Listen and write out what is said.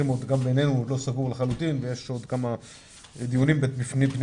בינינו הוא עוד לא סגור לחלוטין ויש עוד כמה דיונים פנימיים